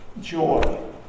joy